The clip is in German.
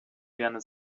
gerne